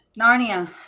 Narnia